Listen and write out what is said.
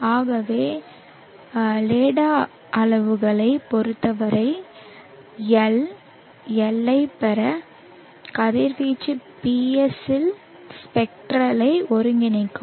ஆகவே லேர்டா அளவுருவைப் பொறுத்தவரையில் L L ஐப் பெற கதிர்வீச்சு PS ஸ்ஸில் ஸ்பெக்ட்ரலை ஒருங்கிணைக்கவும்